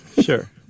Sure